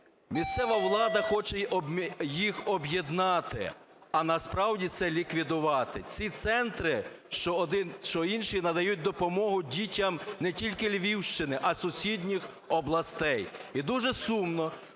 Місцева влада хоче їх об'єднати, а насправді це ліквідувати. Ці центри, що один, що інший, надають допомогу дітям не тільки Львівщини, а й сусідніх областей. І дуже сумно,